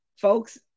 folks